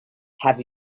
have